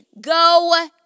go